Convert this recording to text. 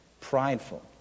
prideful